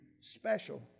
special